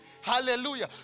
Hallelujah